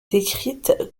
décrite